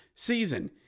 season